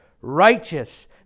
righteous